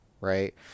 right